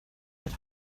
had